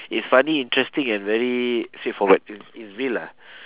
it's funny interesting and very straightforward it's it's real lah